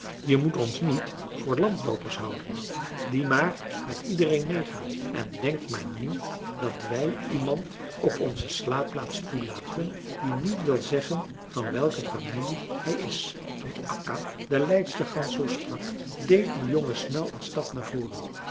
je moet ons niet voor landloopers houden die maar met iedereen meegaan en denk maar niet dat wij iemand op onze slaapplaats toelaten die niet wil zeggen van welke familie hij is toen akka de leidster gans zoo sprak deed de jongen snel een stap naar voren